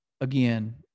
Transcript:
Again